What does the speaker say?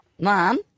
Mom